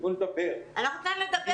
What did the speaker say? תנו לי לדבר.